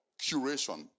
Curation